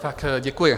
Tak děkuji.